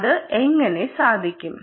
അത് എങ്ങനെ സാധിക്കും